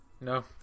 No